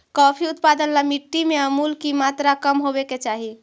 coffee उत्पादन ला मिट्टी में अमूल की मात्रा कम होवे के चाही